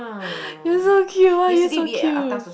you so cute why are you so cute